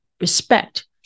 respect